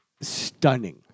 stunning